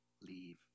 leave